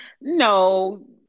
No